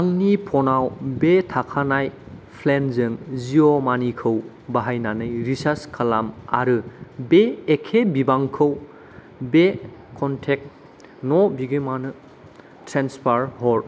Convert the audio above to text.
आंनि फ'नाव बे थाखानाय प्लेनजों जिअ मानिखौ बाहायनानै रिसार्ज खालाम आरो बे एखे बिबांखौ बे क'नटेक्ट न' बिगोमानो ट्रेन्सफार हर